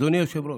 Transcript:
אדוני היושב-ראש,